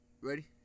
Ready